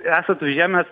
esat užėmęs